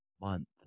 month